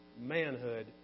Manhood